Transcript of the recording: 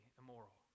immoral